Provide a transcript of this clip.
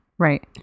Right